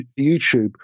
YouTube